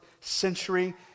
century